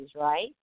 right